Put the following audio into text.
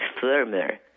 firmer